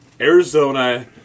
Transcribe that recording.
Arizona